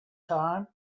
time